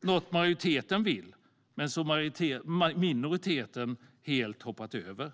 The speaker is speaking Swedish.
Detta är något som majoriteten vill men som minoriteten helt hoppat över.